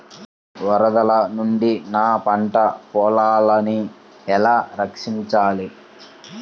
వరదల నుండి నా పంట పొలాలని ఎలా రక్షించాలి?